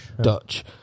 Dutch